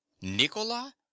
Nicola